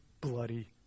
bloody